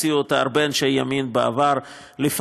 הציעו אותה הרבה אנשי ימין בעבר לפניי,